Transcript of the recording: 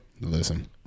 Listen